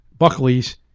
Buckleys